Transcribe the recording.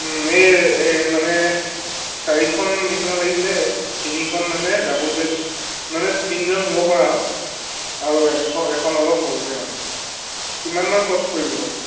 এই এই মানে চাৰিখন বিছনা লাগিছিলে তিনিখন মানে ডাবুল বেড মানে তিনিজন শুব পৰা আৰু আৰু এখন এখন অলপ সৰুকৈ মানে কিমানমান খৰচ পৰিব বাৰু